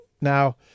Now